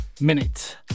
minute